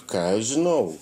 ką aš žinau